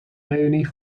reünie